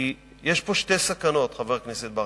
כי יש פה שתי סכנות, חבר הכנסת ברכה.